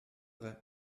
vrai